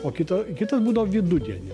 o kita kitas būdavo vidudienio